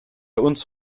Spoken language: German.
uns